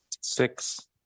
six